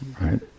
right